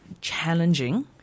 challenging